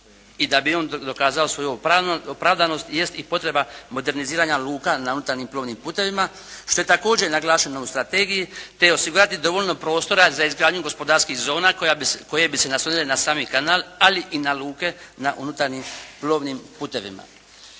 i da bi on dokazao svoju opravdanost jest i potreba moderniziranje luka na unutarnjim plovnim putovima što je također naglašeno u strategiji te osigurati dovoljno prostora za izgradnju gospodarskih zona koje bi se naslonile na sami kanal ali i na luke na unutarnjim plovnim putovima.